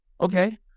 Okay